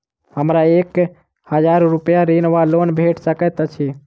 हमरा एक हजार रूपया ऋण वा लोन भेट सकैत अछि?